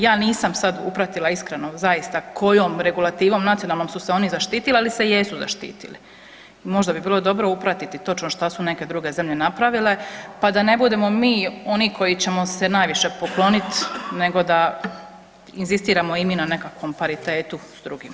Ja nisam sad upratila iskreno, zaista kojom regulativom nacionalnom su se oni zaštitili, ali se jesu zaštitili, možda bi bilo dobro upratiti točno što su neke druge zemlje napravile, pa da ne budemo mi oni koji ćemo se najviše poklonit, nego da inzistiramo i mi na nekakvom paritetu s drugima.